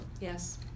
Yes